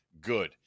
good